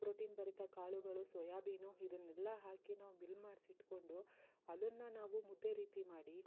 protein ಭರಿತ ಕಾಳುಗಳು soybean ಇದನ್ನೆಲ್ಲಾ ಹಾಕಿ ನಾವು ಮಿಲ್ ಮಾಡಿಸಿಟ್ಕೊಂಡು ಅದನ್ನು ನಾವು ಮುದ್ದೆ ರೀತಿ ಮಾಡಿ